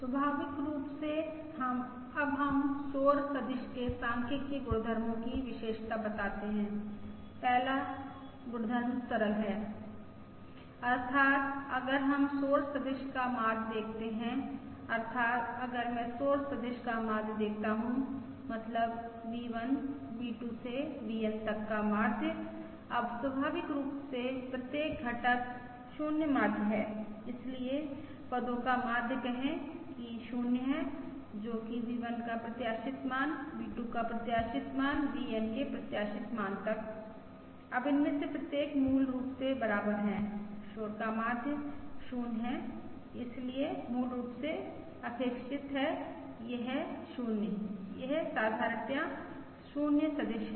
स्वाभाविक रूप से अब हम शोर सदिश के सांख्यिकीय गुणधर्मो की विशेषता बताते हैं पहला गुणधर्म सरल है अर्थात् अगर हम शोर सदिश का माध्य देखते हैं अर्थात् अगर मैं शोर सदिश का माध्य देखता हूँ मतलब V1 V2 से VN तक का माध्य अब स्वाभाविक रूप से प्रत्येक घटक 0 माध्य है इसलिए पदो का माध्य कहे कि 0 है जो कि V1 का प्रत्याशित मान V2 का प्रत्याशित मान VN के प्रत्याशित मान तक अब इनमें से प्रत्येक मूल रूप से बराबर है शोर का माध्य 0 है इसलिए मूल रूप से अपेक्षित है यह है 0 यह साधारणतयः 0 सदिश है